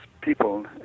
people